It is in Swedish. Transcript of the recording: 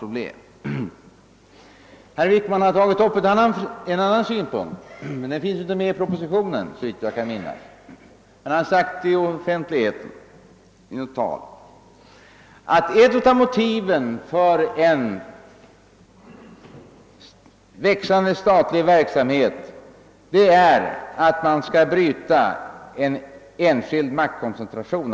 Jag vill ta upp en annan synpunkt som herr Wickman anfört — den finns såvitt jag kan minnas inte med i propositionen men herr Wickman har framfört den offentligt i ett tal — nämligen att ett av motiven för en växande statlig verksamhet är att bryta eller i varje fall motverka enskild maktkoncentration.